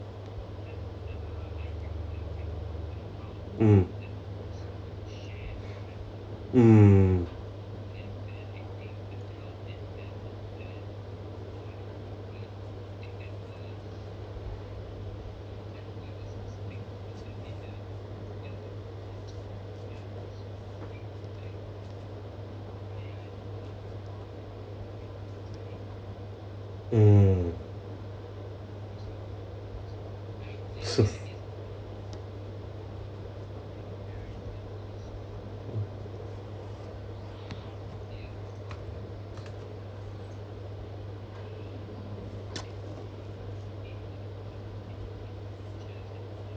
mm mm mm